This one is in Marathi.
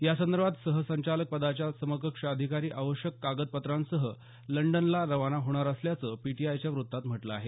यासंदर्भात सह संचालक पदाच्या समकक्ष अधिकारी आवश्यक कागदपत्रांसह लंडनला रवाना होणार असल्याचं पीटीआयच्या वृत्तात म्हटलं आहे